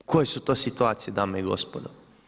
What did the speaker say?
Koje su to situacije dame i gospodo?